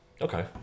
Okay